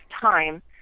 time